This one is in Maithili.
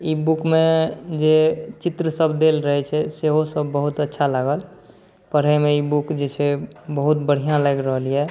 ई बुकमे जे चित्र सब देल रहै छै सेहो सब बहुत अच्छा लागल पढैमे ई बुक जे छै बहुत बढिऑं लागि रहल अछि